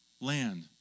land